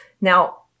now